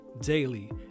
daily